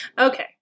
Okay